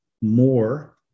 more